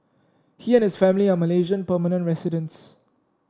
he and his family are Malaysian permanent residents